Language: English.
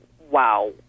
wow